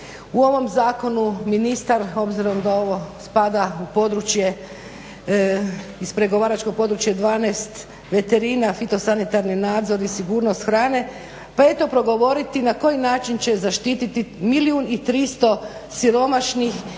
u ovom zakonu ministar obzirom da ovo spada u područje, iz pregovaračko područje 12. veterina, fitosanitarni nadzor i sigurnost hrane, pa eto progovoriti na koji način će zaštiti milijun i tristo siromašnih